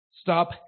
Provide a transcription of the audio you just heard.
Stop